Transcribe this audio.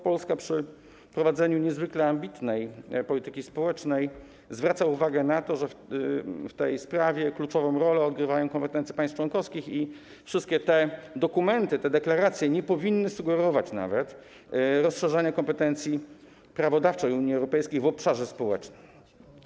Polska przy prowadzeniu niezwykle ambitnej polityki społecznej zwraca uwagę na to, że w tej sprawie kluczową rolę odgrywają kompetencje państw członkowskich i wszystkie te dokumenty, te deklaracje nie powinny sugerować nawet rozszerzenia kompetencji prawodawczych Unii Europejskiej w obszarze społecznym.